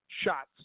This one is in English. shots